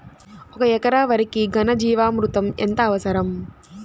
ఒక ఎకరా వరికి ఘన జీవామృతం ఎంత అవసరం?